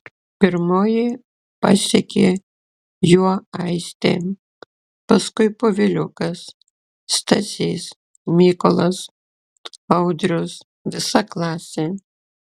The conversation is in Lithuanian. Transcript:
pirmoji pasekė juo aistė paskui poviliukas stasys mykolas audrius visa klasė